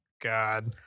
God